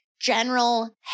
general